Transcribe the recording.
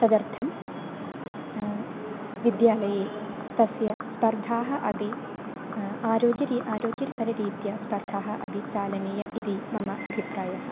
तदर्थं विद्यालये तस्य स्पर्धाः अपि आरोग्यम् आरोग्यकररीत्या स्पर्धाः अपि चालनीयम् इति मम अभिप्रायः